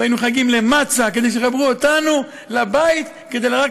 והיינו מחייגים למצ"א כדי שיחברו אותנו לבית,